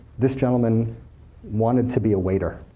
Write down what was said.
this gentleman wanted to be a waiter.